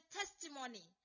testimony